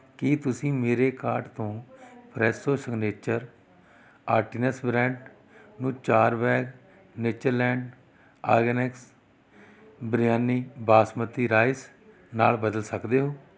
ਕੀ ਤੁਸੀਂ ਮੇਰੇ ਕਾਰਟ ਤੋਂ ਫਰੈਸ਼ੋ ਸਿਗਨੇਚਰ ਆਰਟੀਸਨ ਬਰੈੱਡ ਨੂੰ ਚਾਰ bag Natureland organics biryani basmati rice ਨਾਲ ਬਦਲ ਸਕਦੇ ਹੋ